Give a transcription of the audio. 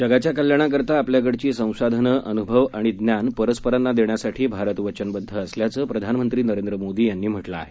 जगाच्या कल्याणाकरता आपल्याकडची संसाधनं अनुभव आणि ज्ञान परस्परांना देण्याकरता भारत वचनबद्ध असल्याचं प्रधानमंत्री नरेंद्र मोदी यांनी म्हटलं आहे